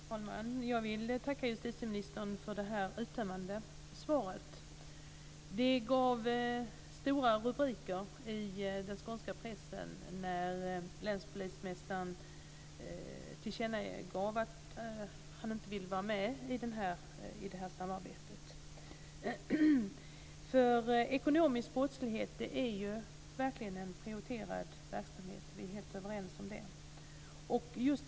Fru talman! Jag vill tacka justitieministern för det uttömmande svaret. Det gav stora rubriker i den skånska pressen när länspolismästaren tillkännagav att han inte ville vara med i det här samarbetet. Att arbeta mot den ekonomiska brottsligheten är verkligen en prioriterad verksamhet. Vi är helt överens om det.